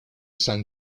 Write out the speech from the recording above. san